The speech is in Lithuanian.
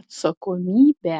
atsakomybę